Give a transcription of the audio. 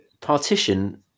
partition